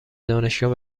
دانشگاه